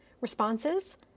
responses